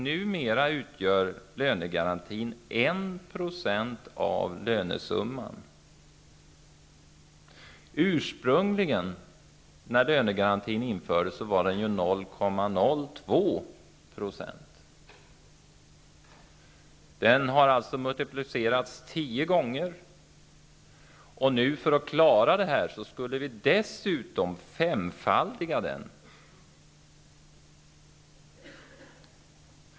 Numera utgör lönegarantin 1 % av lönesumman, och när lönegarantin ursprungligen infördes var den 0,02 %. Den har alltså multiplicerats tio gånger, och för att nu klara detta skulle vi dessutom femfaldiga den.